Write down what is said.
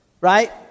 right